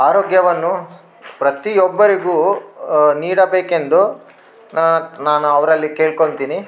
ಆರೋಗ್ಯವನ್ನು ಪ್ರತಿಯೊಬ್ಬರಿಗೂ ನೀಡಬೇಕೆಂದು ನಾನು ಅವರಲ್ಲಿ ಕೇಳ್ಕೊತೀನಿ